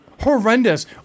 horrendous